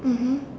mmhmm